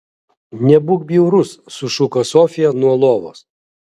nebūk bjaurus sušuko sofija nuo lovos